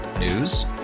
News